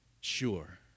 Sure